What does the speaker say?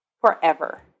forever